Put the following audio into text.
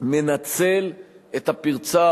מנצל את הפרצה,